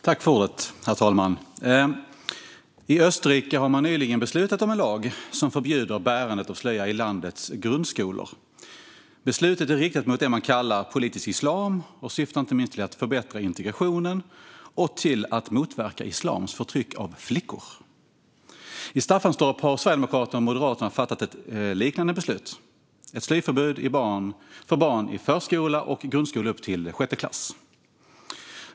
Herr talman! I Österrike har man nyligen beslutat om en lag som förbjuder bärandet av slöja i landets grundskolor. Beslutet är riktat mot det man kallar politisk islam och syftar inte minst till att förbättra integrationen och motverka islams förtryck av flickor. I Staffanstorp har Sverigedemokraterna och Moderaterna fattat ett liknande beslut om ett slöjförbud för barn i förskola och grundskola upp till sjätte klass.